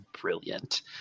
brilliant